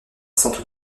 centre